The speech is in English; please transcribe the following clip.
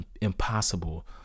impossible